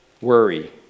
worry